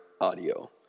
Audio